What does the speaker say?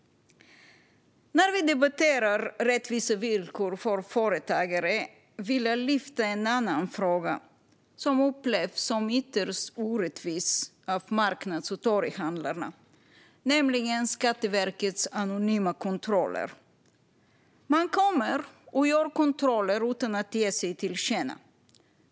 När vi debatterar rättvisa villkor för företagare vill jag lyfta en annan fråga som upplevs som ytterst orättvis av marknads och torghandlarna, nämligen Skatteverkets anonyma kontroller. Skatteverket kommer och utför kontroller utan att ge sig till känna.